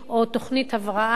או תוכנית הבראה,